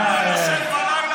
אני לא ישן בלילה.